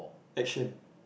action